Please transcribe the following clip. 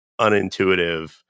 unintuitive